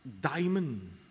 diamond